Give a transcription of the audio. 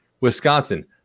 Wisconsin